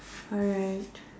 alright